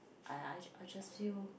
I I I just feel